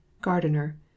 gardener